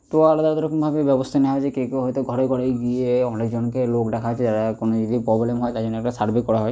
তো আলাদা আলাদা রকমভাবে ব্যবস্থা নেওয়া হয়েছে কেউ কেউ হয়তো ঘরে ঘরে গিয়ে অনেকজনকে লোক ডাকা হয়েছে যারা কোনো যদি প্রবলেম হয় তাই জন্যে ওইটা সার্ভে করা হয়